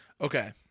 Okay